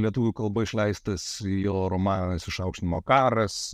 lietuvių kalba išleistas jo romanas išaukštinimo karas